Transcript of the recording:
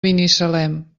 binissalem